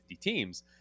teams